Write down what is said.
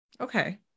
Okay